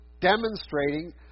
demonstrating